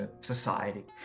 society